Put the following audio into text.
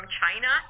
china